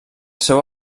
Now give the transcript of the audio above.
seu